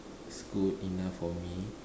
good enough for me